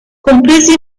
compresi